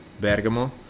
Bergamo